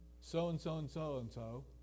so-and-so-and-so-and-so